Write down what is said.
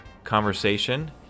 conversation